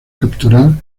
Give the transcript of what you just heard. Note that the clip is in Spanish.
capturar